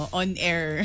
on-air